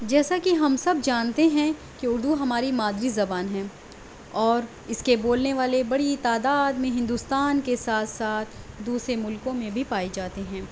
جیساکہ ہم سب جانتے ہیں کہ اردو ہماری مادری زبان ہے اور اس کے بولنے والے بری تعداد میں ہندوستان کے ساتھ ساتھ دوسرے ملکوں میں بھی پائے جاتے ہیں